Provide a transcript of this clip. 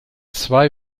zwei